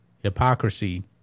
hypocrisy